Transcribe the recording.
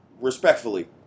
respectfully